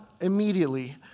immediately